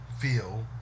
feel